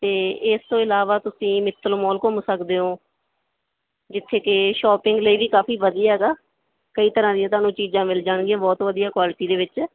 ਅਤੇ ਇਸ ਤੋਂ ਇਲਾਵਾ ਤੁਸੀਂ ਮਿੱਤਲ ਮੋਲ ਘੁੰਮ ਸਕਦੇ ਹੋ ਜਿੱਥੇ ਕਿ ਸ਼ੋਪਿੰਗ ਲਈ ਵੀ ਕਾਫੀ ਵਧੀਆ ਹੈਗਾ ਕਈ ਤਰ੍ਹਾਂ ਦੀਆਂ ਤੁਹਾਨੂੰ ਚੀਜ਼ਾਂ ਮਿਲ ਜਾਣਗੀਆਂ ਬਹੁਤ ਵਧੀਆ ਕੁਆਲਿਟੀ ਦੇ ਵਿੱਚ